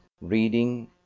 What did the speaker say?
reading